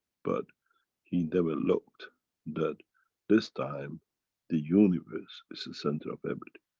but he never looked that this time the universe is the center of everything.